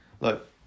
Look